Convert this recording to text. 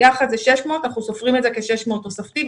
יחד זה 600. אנחנו סופרים את זה כ-600 תוספתי,